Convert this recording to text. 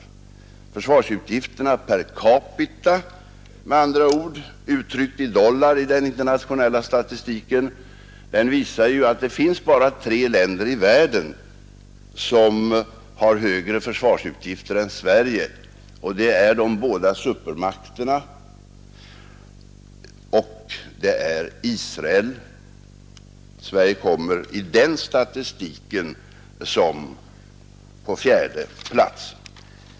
Försvarsutgifterna per capita uttryckta i dollar i den internationella statistiken visar att bara tre länder i världen har högre försvarsutgifter än Sverige. Det är de båda supermakterna och Israel. Sverige kommer i den statistiken på fjärde plats.